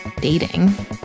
dating